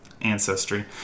ancestry